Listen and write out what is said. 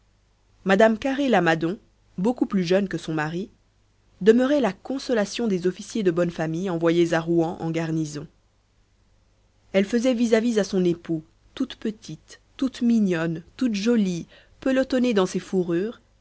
mme carré lamadon beaucoup plus jeune que son mari demeurait la consolation des officiers de bonne famille envoyés à rouen en garnison elle faisait vis-à-vis à son époux toute petite toute mignonne toute jolie pelotonnée dans ses fourrures